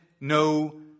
no